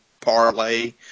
parlay